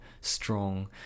strong